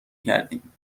کردیم